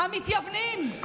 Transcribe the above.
המתייוונים.